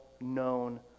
known